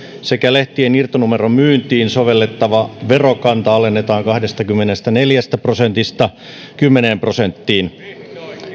sekä lehtien irtonumeromyyntiin sovellettava verokanta alennetaan kahdestakymmenestäneljästä prosentista kymmeneen prosenttiin